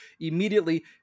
immediately